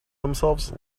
themselves